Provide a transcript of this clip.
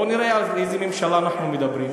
בואו נראה על איזו ממשלה אנחנו מדברים.